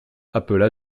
appela